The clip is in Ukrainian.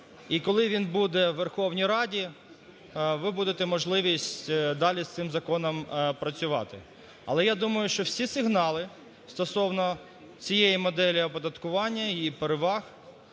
І коли він буде у Верховній Раді, ви будете можливість далі з цим законом працювати. Але я думаю, що всі сигнали стосовно цієї моделі оподаткування, її переваг